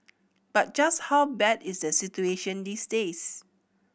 but just how bad is the situation these days